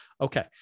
okay